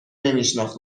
نمیشناخت